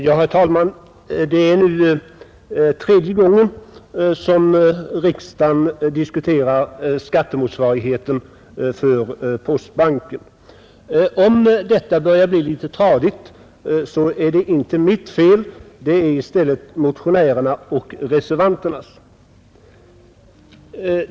Herr talman! Det är nu tredje gången som riksdagen diskuterar skattemotsvarigheten för postbanken. Om detta börjar bli en smula tradigt så är det inte mitt fel, det är i stället motionärernas och reservanternas fel.